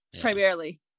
primarily